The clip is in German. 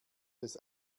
des